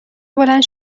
بلند